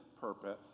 purpose